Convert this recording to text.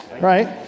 right